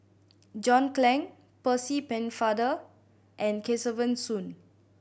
John Clang Percy Pennefather and Kesavan Soon